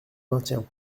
maintiens